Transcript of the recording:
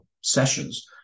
sessions